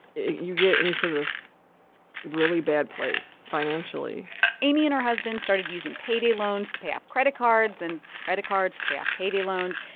you get into this really bad place financially amy and her husband started using payday loans to pay off credit cards and credit cards to pay off payday loans.